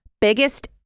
biggest